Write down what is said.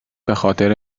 بخاطر